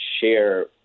share